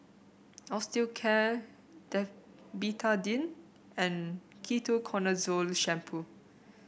Osteocare the Betadine and Ketoconazole Shampoo